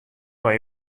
mei